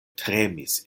tremis